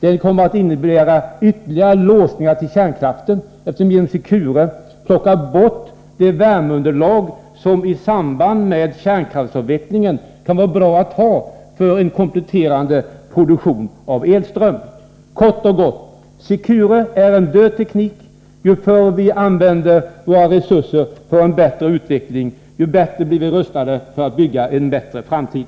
Den kommer att innebära ytterligare låsningar till kärnkraften, eftersom vi genom Secure tar bort det värmeunderlag som i samband med kärnkraftsavvecklingen kan vara bra att ha för en kompletterande produktion av elström. Kort och gott: Secure är en död teknik. Ju förr vi använder våra resurser på en bättre utveckling, desto bättre blir vi rustade för att bygga en bättre framtid.